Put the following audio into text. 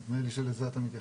נדמה לי שלכך אתה מתייחס.